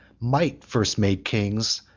might first made kings,